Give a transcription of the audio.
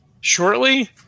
shortly